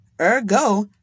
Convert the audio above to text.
Ergo